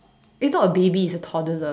it's not a baby it's a toddler